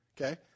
Okay